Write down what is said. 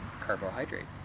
carbohydrate